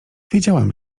wiedziałam